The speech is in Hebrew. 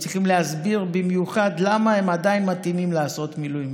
הם צריכים להסביר במיוחד למה הם עדיין מתאימים לעשות מילואים.